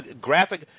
graphic